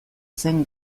zen